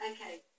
Okay